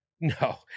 No